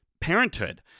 parenthood